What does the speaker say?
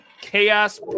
Chaos